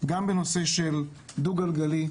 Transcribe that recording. גם בנושא של דו גלגלי.